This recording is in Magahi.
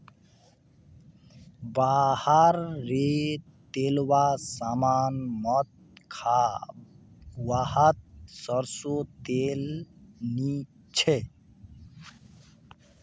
बाहर रे तेलावा सामान मत खा वाहत सरसों तेल नी छे